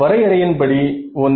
வரையறையின் படி 1